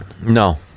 No